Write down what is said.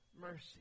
mercy